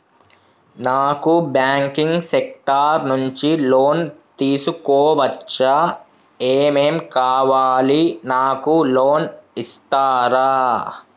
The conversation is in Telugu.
నాకు బ్యాంకింగ్ సెక్టార్ నుంచి లోన్ తీసుకోవచ్చా? ఏమేం కావాలి? నాకు లోన్ ఇస్తారా?